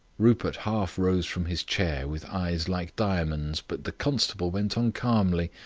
rupert half rose from his chair, with eyes like diamonds, but the constable went on calmly,